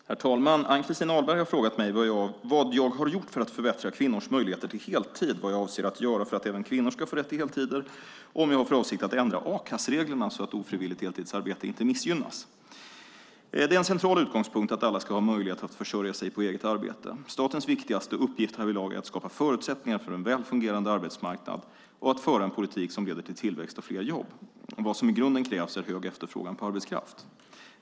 Herr talman! Ann-Christin Ahlberg har frågat mig vad jag har gjort för att förbättra kvinnors möjligheter till heltid, vad jag avser att göra för att även kvinnor ska få rätt till heltider och om jag har för avsikt att ändra a-kassereglerna så att ofrivilligt deltidsarbetande inte missgynnas. Det är en central utgångspunkt att alla ska ha möjlighet att försörja sig på eget arbete. Statens viktigaste uppgift härvidlag är att skapa förutsättningar för en väl fungerande arbetsmarknad och att föra en politik som leder till tillväxt och fler jobb. Vad som i grunden krävs är hög efterfrågan på arbetskraft.